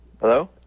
Hello